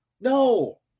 no